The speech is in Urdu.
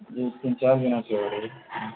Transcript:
جی تین چار دنوں سے ہو رہی ہے